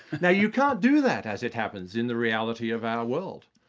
now you can't do that, as it happens, in the reality of our world,